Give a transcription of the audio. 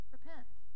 Repent